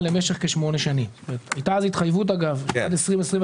אנחנו יודעים שבמשך חמש שנים נמצאים בתכנון של בתי הדין